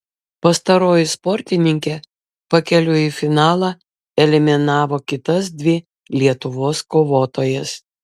pastaroji sportininkė pakeliui į finalą eliminavo kitas dvi lietuvos kovotojas